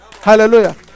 Hallelujah